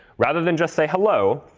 rather than just say hello,